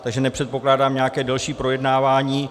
Takže nepředpokládám nějaké delší projednávání.